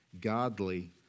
godly